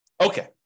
Okay